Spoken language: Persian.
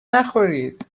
نخورید